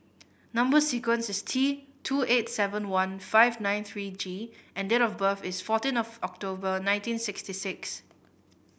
number sequence is T two eight seven one five nine three G and date of birth is fourteen of October nineteen sixty six